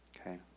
okay